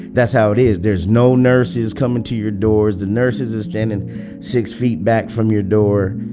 that's how it is. there's no nurses coming to your doors. the nurses is standing six feet back from your door.